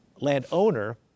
Landowner